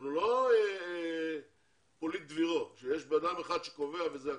אנחנו לא פוליטברו שיש אדם אחד שקובע וזהו.